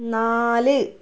നാല്